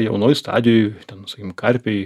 jaunoj stadijoj ten karpiai